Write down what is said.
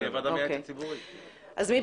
זה מה שאמרנו, שתהיה ועדה מייעצת ציבורית.